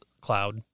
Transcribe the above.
cloud